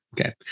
Okay